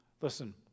Listen